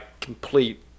complete